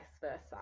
versa